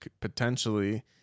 potentially